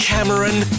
Cameron